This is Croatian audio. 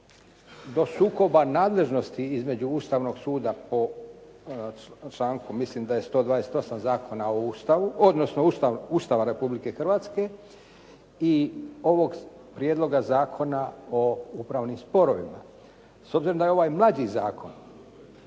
do sukoba nadležnosti između Ustavnog suda po članku, mislim daje 128. Ustava Republike Hrvatske i ovog Prijedloga zakona o upravnim sporovima. S obzirom da je ovaj mlađi zakon,